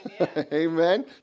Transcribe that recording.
Amen